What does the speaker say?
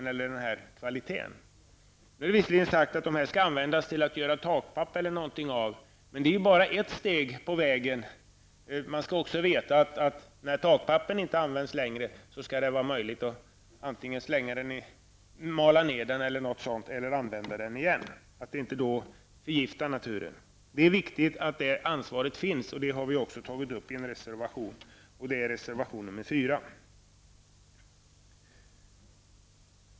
Nu är det visserligen sagt att dessa flaskor skall användas till att göra takpapp av eller liknande, men det är bara ett steg på vägen. Man skall också veta, att när takpappen inte används längre skall det vara möjligt att antingen mala ner den eller använda den igen och att man då inte förgiftar naturen. Det är viktigt att detta ansvar finns, och det har vi också tagit upp i reservation nr 4.